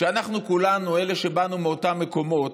כשאנחנו כולנו, אלה שבאנו מאותם מקומות,